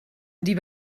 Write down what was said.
die